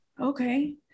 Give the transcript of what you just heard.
Okay